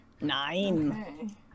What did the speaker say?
Nine